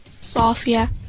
Sophia